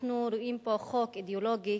אנחנו רואים בו חוק אידיאולוגי,